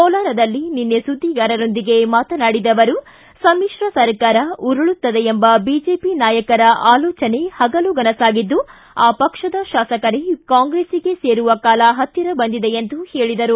ಕೋಲಾರದಲ್ಲಿ ನಿನ್ನೆ ಸುದ್ದಿಗಾರರೊಂದಿಗೆ ಮಾತನಾಡಿದ ಅವರು ಸಮಿತ್ರ ಸರ್ಕಾರ ಉರುಳುತ್ತದೆ ಎಂಬ ಬಿಜೆಪಿ ನಾಯಕರ ಆಲೋಚನೆ ಹಗಲುಗನಸಾಗಿದ್ದು ಆ ಪಕ್ಷದ ಶಾಸಕರೇ ಕಾಂಗ್ರೆಸ್ಸಿಗೆ ಸೇರುವ ಕಾಲ ಹತ್ತಿರ ಬಂದಿದೆ ಎಂದರು